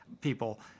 people